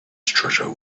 treasure